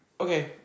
Okay